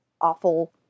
awful